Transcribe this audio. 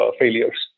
failures